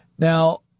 Now